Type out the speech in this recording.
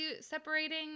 separating